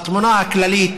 בתמונה הכללית,